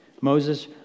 Moses